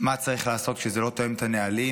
מה צריך לעשות כשזה לא תואם את הנהלים,